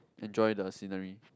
enjoy the scenery